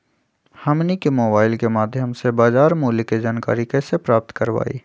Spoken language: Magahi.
हमनी के मोबाइल के माध्यम से बाजार मूल्य के जानकारी कैसे प्राप्त करवाई?